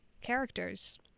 characters